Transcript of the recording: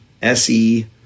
se